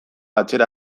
atzera